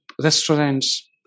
restaurants